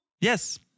Yes